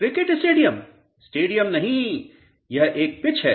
cricket stadium stadium नहीं यह एक पिच है